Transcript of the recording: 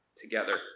together